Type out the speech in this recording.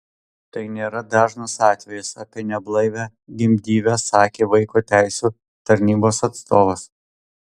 tai nėra dažnas atvejis apie neblaivią gimdyvę sakė vaiko teisių tarnybos atstovas